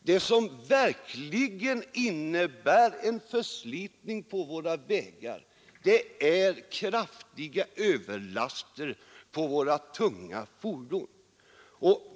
Det som verkligen innebär en förslitning på våra vägar är kraftiga överlaster på de tunga fordonen.